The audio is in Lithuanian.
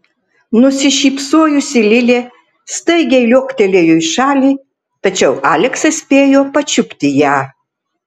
nusišypsojusi lilė staigiai liuoktelėjo į šalį tačiau aleksas spėjo pačiupti ją